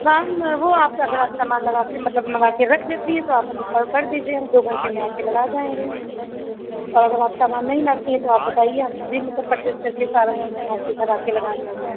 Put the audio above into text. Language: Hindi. कम वह आप अगर आप समान लगा के मतलब मँगा के रख लेती हैं तो आप हमें कॉल कर दीजिए हम दोघंटे में आकर लगा जाएँगे और अगर आप सामान नहीं लाती हैं तो आप बताइए हम ख़ुद ही मतलब पर्चेज़ करके सारा समान आपके घर आकर लगा देंगे